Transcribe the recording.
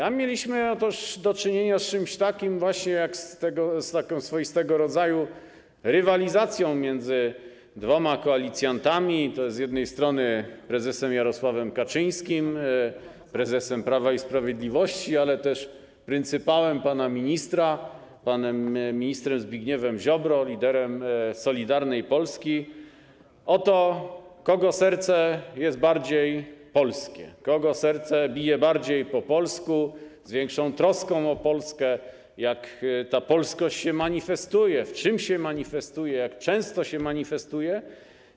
A mieliśmy do czynienia z czymś takim jak swoistego rodzaju rywalizacja między dwoma koalicjantami, tj. z jednej strony prezesem Jarosławem Kaczyńskim, prezesem Prawa i Sprawiedliwości, ale też pryncypałem pana ministra, i panem ministrem Zbigniewem Ziobrą, liderem Solidarnej Polski, o to, czyje serce jest bardziej polskie, czyje serce bije bardziej po polsku, z większą troską o Polskę, jak ta polskość się manifestuje, w czym się manifestuje, jak często się manifestuje.